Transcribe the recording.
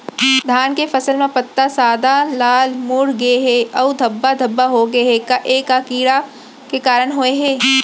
धान के फसल म पत्ता सादा, लाल, मुड़ गे हे अऊ धब्बा धब्बा होगे हे, ए का कीड़ा के कारण होय हे?